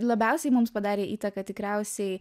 labiausiai mums padarė įtaką tikriausiai